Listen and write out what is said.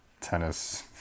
tennis